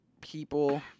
people